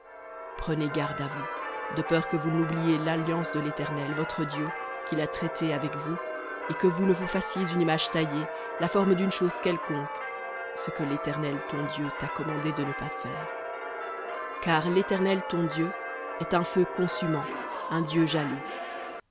prenez garde à vous de peur que vous n'oubliiez l'alliance de l'éternel votre dieu qu'il a traitée avec vous et que vous ne vous fassiez une image taillée la forme d'une chose quelconque ce que l'éternel ton dieu t'a commandé de ne pas faire car l'éternel ton dieu est un feu consumant un dieu jaloux